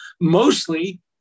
mostly